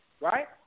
Right